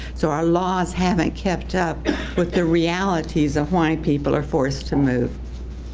so our laws haven't kept up with the realities of why people are forced to move.